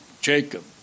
Jacob